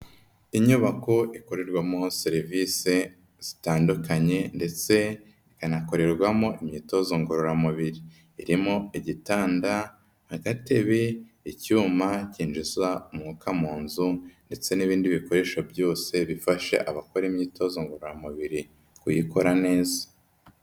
Inyubako ikorerwamo serivise zitandukanye ndetse ikanakorerwamo imyitozo ngororamubiri, irimo igitanda, agatebe, icyuma kinyinjinza umwuka mu nzu ndetse n'ibindi bikoresho byose bifasha abakora imyitozo ngororamubiri kuyikora neza.